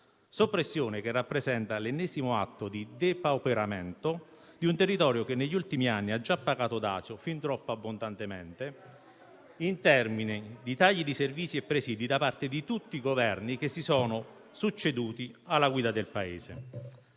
soppressione rappresenta l'ennesimo atto di depauperamento di un territorio che, negli ultimi anni, ha già pagato dazio, fin troppo abbondantemente, in termini di tagli di servizi e presidi, da parte di tutti i Governi che si sono succeduti alla guida del Paese.